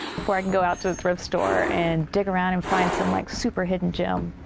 before i go out to the thrift store and dig around and find some like super hidden gems.